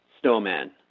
snowman